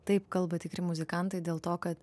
taip kalba tikri muzikantai dėl to kad